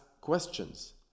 questions